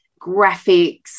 graphics